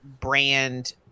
brand